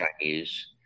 Chinese